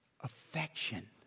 affection